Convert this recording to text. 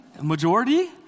majority